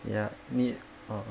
ya need uh